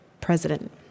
president